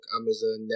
Amazon